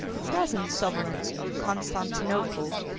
the present sovereigns of constantinople,